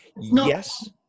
Yes